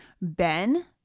Ben